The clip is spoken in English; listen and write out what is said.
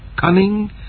cunning